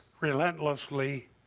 relentlessly